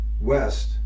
west